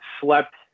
slept